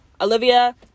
Olivia